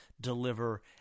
deliver